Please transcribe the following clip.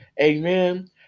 Amen